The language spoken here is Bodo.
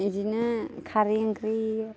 बिदिनो खारै ओंख्रि